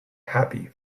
happy